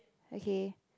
okay